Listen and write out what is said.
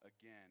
again